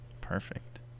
Perfect